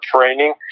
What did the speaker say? training